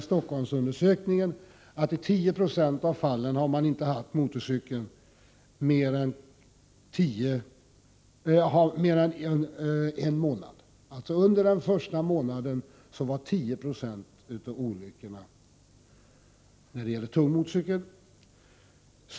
Av Stockholmsutredningen framgår det att man i 10 96 av fallen inte haft sin motorcykel mer än en månad. Under den första månaden inträffade alltså 10 26 av olyckorna med tung motorcykel.